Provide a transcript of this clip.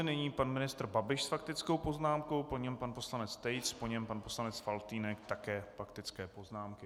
Nyní pan ministr Babiš s faktickou poznámkou, po něm pan poslanec Tejc, po něm pan poslanec Faltýnek také k faktické poznámce.